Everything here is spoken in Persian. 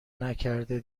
نکرده